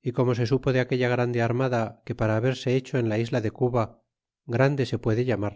y como se supo de aquella grande armada que para haberse hecho en la isla de cuba grande se puede llamar